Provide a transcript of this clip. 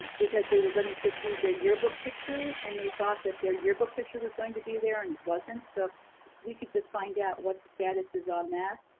because they were gonna just use their yearbook picture and they thought that their yearbook picture was going to be there and it wasn't. so if we could just find out what the status is on that.